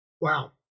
Wow